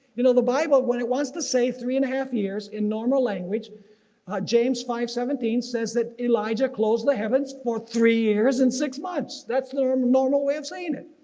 you know the bible when it wants to say three and a half years in normal language james five seventeen says that elijah closed the heavens for three years and six months. that's the um normal way of saying it.